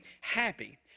happy